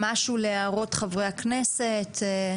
משהו להערות חברי הכנסת?